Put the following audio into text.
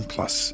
Plus